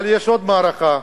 אבל יש עוד מערכה.